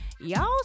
y'all